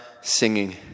singing